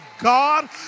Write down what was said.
God